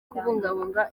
kubungabunga